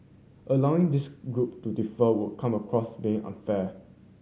allowing this group to defer would come across being unfair